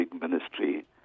ministry